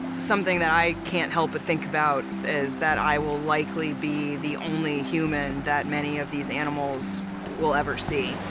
something that i can't help but think about is that i will likely be the only human that many of these animals will ever see.